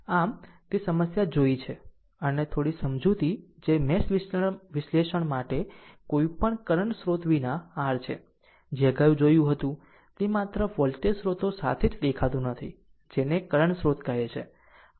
આમ આ તે છે જે તે સમસ્યાઓ જોઇ છે અને થોડું સમજૂતી જે મેશ વિશ્લેષણ માટે કોઈપણ કરંટ સ્રોત વિના r છે જે અગાઉ જોયું હતું તે માત્ર વોલ્ટેજ સ્ત્રોતો સાથે જ દેખાતું નથી જેને કરંટ સ્રોત કહે છે